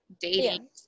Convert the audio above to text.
dating